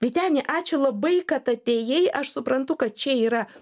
vyteni ačiū labai kad atėjai aš suprantu kad čia yra